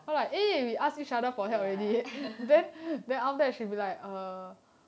ya